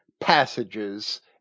passages